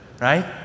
Right